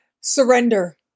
surrender